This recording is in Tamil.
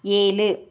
ஏழு